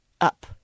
up